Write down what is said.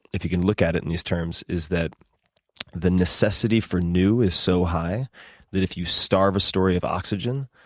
if you can look at it in these terms, is that the necessity for new is so high that if you starve a story of oxygen,